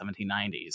1790s